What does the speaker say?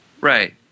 Right